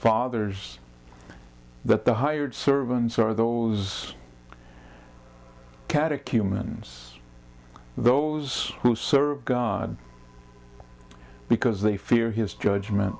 fathers that the hired servants are those catechumens those who serve god because they fear his judgment